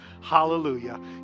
Hallelujah